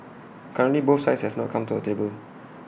currently both sides have not come to the table